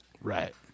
Right